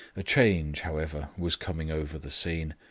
a change, however, was coming over the scene,